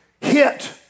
hit